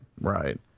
Right